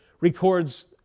records